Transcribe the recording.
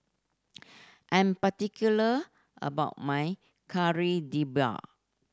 I am particular about my Kari Debal